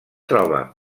troba